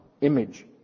image